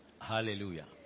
Hallelujah